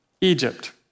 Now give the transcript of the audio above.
Egypt